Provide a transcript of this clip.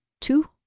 two